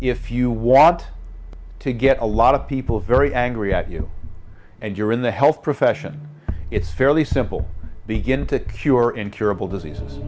if you want to get a lot of people very angry at you and you're in the health profession it's fairly simple begin to cure incurable disease